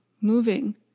moving